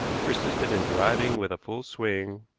he persisted in driving with a full swing,